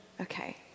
Okay